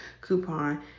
coupon